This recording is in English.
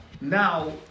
now